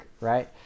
right